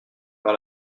par